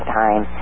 time